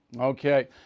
Okay